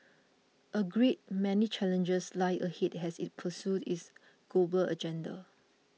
a great many challenges lie ahead as it pursues its global agenda